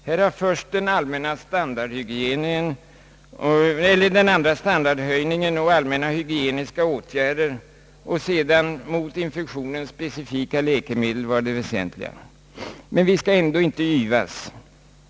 Här har först den allmänna standardhöjningen och allmänhygieniska åtgärder och senare mot infektionen specifika läkemedel varit det väsentliga. Men vi skall ändå inte yvas.